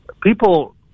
people